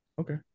Okay